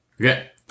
Okay